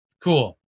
Cool